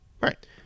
Right